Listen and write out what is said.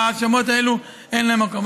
ההאשמות האלו, אין להן מקום.